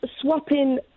swapping